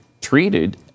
treated